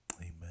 amen